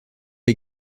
est